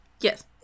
yes